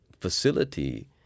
facility